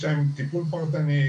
יש להם טיפול פרטני,